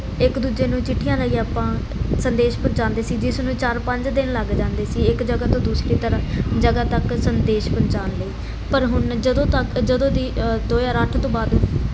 ਇੱਕ ਦੂਜੇ ਨੂੰ ਚਿੱਠੀਆਂ ਰਾਹੀਂ ਆਪਾਂ ਸੰਦੇਸ਼ ਪਹੁੰਚਾਉਂਦੇ ਸੀ ਜਿਸ ਨੂੰ ਚਾਰ ਪੰਜ ਦਿਨ ਲੱਗ ਜਾਂਦੇ ਸੀ ਇੱਕ ਜਗ੍ਹਾ ਤੋਂ ਦੂਸਰੀ ਤਰ੍ਹਾਂ ਜਗ੍ਹਾ ਤੱਕ ਸੰਦੇਸ਼ ਪਹੁੰਚਾਉਣ ਲਈ ਪਰ ਹੁਣ ਜਦੋਂ ਤੱਕ ਜਦੋਂ ਦੀ ਦੋ ਹਜ਼ਾਰ ਅੱਠ ਤੋਂ ਬਾਅਦ